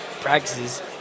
practices